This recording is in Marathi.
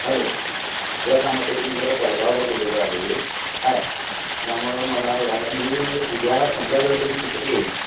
हॅलो दुसऱ्या कामासाठी मी जरा परगावला गेलेलो आहे काय त्यामुळं मला यायला मी उद्या संध्याकाळपर्यंत तिथे येईन